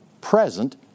present